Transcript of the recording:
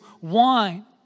wine